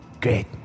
Great